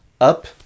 up